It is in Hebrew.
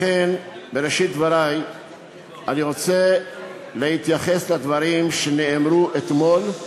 לכן, אני רוצה להתייחס לדברים שנאמרו אתמול,